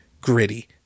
gritty